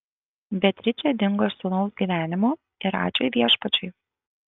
beatričė dingo iš sūnaus gyvenimo ir ačiū viešpačiui